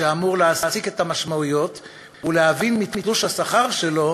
שאמור להסיק את המשמעויות ולהבין מתלוש השכר שלו